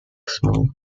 small